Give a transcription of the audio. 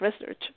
research